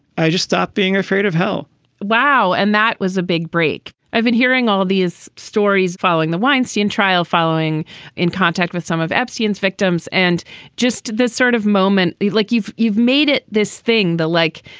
i just stopped being afraid of hell wow. and that was a big break. i've been hearing all of these stories following the weinstein trial, following in contact with some of epstein's victims. and just this sort of moment, like you've you've made it this thing the like.